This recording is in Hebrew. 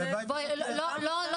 הלוואי, אני אברך על זה.